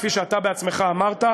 כפי שאתה בעצמך אמרת,